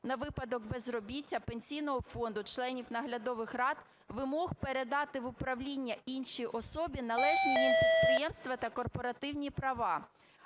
на випадок безробіття, Пенсійного фонду, членів наглядових рад вимог передати в управління іншій особі належні їм підприємства та корпоративні права.